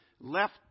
left